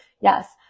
Yes